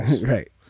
Right